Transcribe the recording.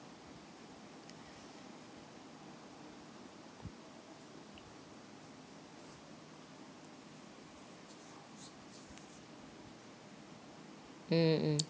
mm mm